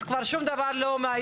אז כבר שום דבר לא,